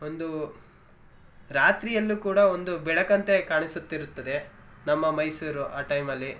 ಒಂದು ರಾತ್ರಿಯಲ್ಲೂ ಕೂಡ ಒಂದು ಬೆಳಕಂತೆ ಕಾಣಿಸುತ್ತಿರುತ್ತದೆ ನಮ್ಮ ಮೈಸೂರು ಆ ಟೈಮಲ್ಲಿ